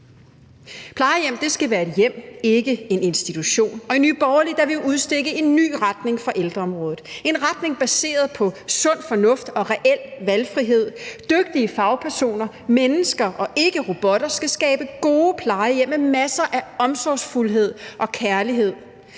plejehjem skal være et hjem og ikke en institution, og i Nye Borgerlige vil vi udstikke en ny retning for ældreområdet, en retning baseret på sund fornuft og reel valgfrihed. Dygtige fagpersoner – mennesker, ikke robotter – skal skabe gode plejehjem med masser af omsorgsfuldhed og kærlighed.